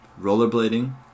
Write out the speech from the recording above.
Rollerblading